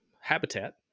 habitat